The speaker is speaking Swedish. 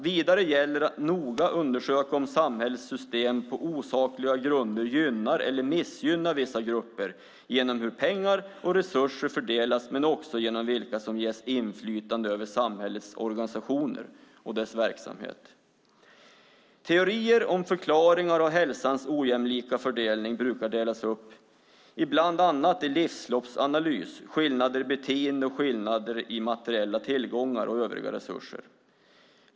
Vidare gäller att noga undersöka om samhällets system på osakliga grunder gynnar eller missgynnar vissa grupper genom hur pengar och resurser fördelas men också genom vilka som ges inflytande över samhällets organisationer och deras verksamhet. Teorier om förklaringar av hälsans ojämlika fördelning brukar delas upp i bland annat livsloppsanalys, skillnader i beteende och skillnader i materiella tillgångar och övriga resurser.